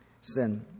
sin